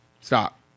Stop